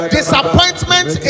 Disappointment